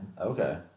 Okay